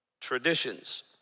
traditions